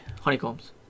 Honeycombs